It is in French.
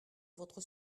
votre